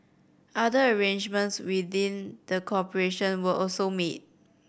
other arrangements within the corporation were also made